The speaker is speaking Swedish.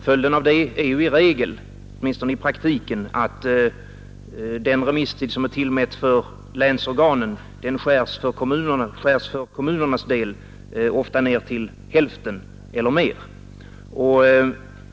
Följden av detta är i regel — åtminstone i praktiken — att den remisstid som är tillmätt för länsorganen skäres ner för kommunernas del till hälften eller ännu mindre.